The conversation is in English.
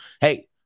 hey